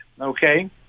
okay